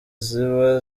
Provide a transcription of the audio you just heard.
ziba